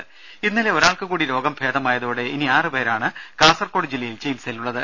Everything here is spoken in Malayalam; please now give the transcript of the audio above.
രംഭ ഇന്നലെ ഒരാൾക്കുകൂടി രോഗം ഭേദമായതോടെ ഇനി ആറു പേരാണ് കാസർകോഡ് ജില്ലയിൽ ചികിത്സയിലുള്ളത്